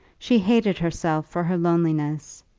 she hated herself for her loneliness,